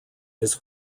his